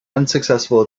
unsuccessful